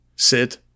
Sit